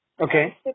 Okay